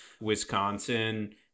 Wisconsin